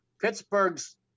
Pittsburgh's